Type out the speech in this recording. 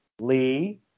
Lee